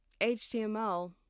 HTML